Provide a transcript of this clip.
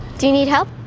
do you need help?